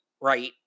right